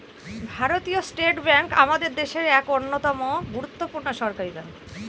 ভারতীয় State Bank আমাদের দেশের এক অন্যতম গুরুত্বপূর্ণ সরকারি ব্যাঙ্ক